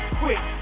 quick